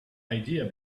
idea